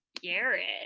Garrett